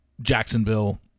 Jacksonville